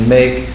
make